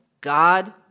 God